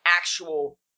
actual